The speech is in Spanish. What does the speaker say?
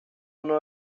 uno